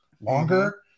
Longer